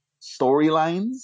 storylines